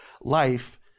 life